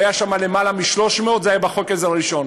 היו שם למעלה מ-300, זה היה בחוק עזר הראשון.